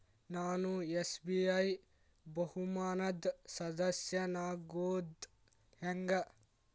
ನಾನು ಎಸ್.ಬಿ.ಐ ಬಹುಮಾನದ್ ಸದಸ್ಯನಾಗೋದ್ ಹೆಂಗ?